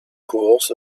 course